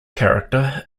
character